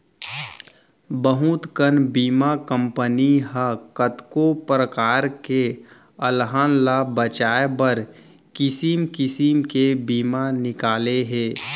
बहुत कन बीमा कंपनी ह कतको परकार के अलहन ल बचाए बर किसिम किसिम के बीमा निकाले हे